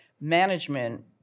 management